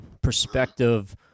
perspective